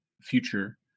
future